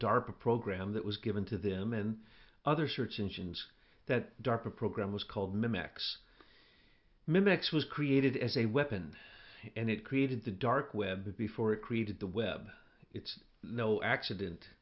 darpa program that was given to them in other search engines that darpa program was called max mimics was created as a weapon and it created the dark web before it created the web it's no accident